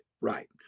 Right